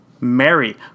Mary